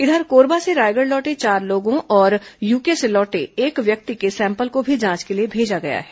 इधर कोरबा से रायगढ़ लौटे चार लोगों और यूके से लौटे एक व्यक्ति के सैंपल को भी जांच के लिए मेजा गया है